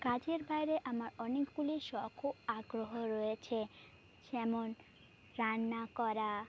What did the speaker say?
কাজের বাইরে আমার অনেকগুলি শখ ও আগ্রহ রয়েছে যেমন রান্না করা